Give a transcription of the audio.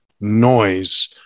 noise